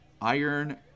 Iron